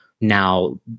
now